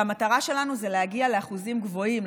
והמטרה שלנו היא להגיע לאחוזים גבוהים,